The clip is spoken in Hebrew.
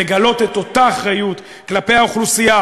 לגלות את אותה האחריות כלפי האוכלוסייה